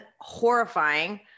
horrifying